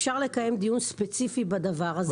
אפשר לקיים דיון ספציפי בדבר הזה.